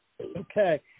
Okay